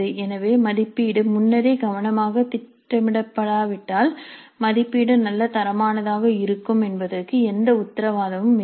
எனவே மதிப்பீடு முன்னரே கவனமாக திட்டமிடப்படாவிட்டால் மதிப்பீடு நல்ல தரமானதாக இருக்கும் என்பதற்கு எந்த உத்தரவாதமும் இல்லை